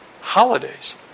holidays